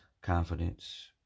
confidence